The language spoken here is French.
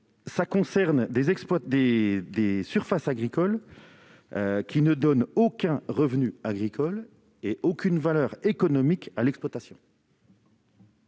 elles figurent des surfaces agricoles qui ne procurent aucun revenu agricole ni aucune valeur économique à l'exploitation